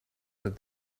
that